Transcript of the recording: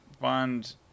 Bond